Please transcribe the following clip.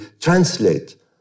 translate